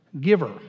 giver